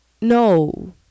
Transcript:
No